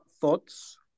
thoughts